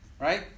Right